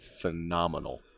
phenomenal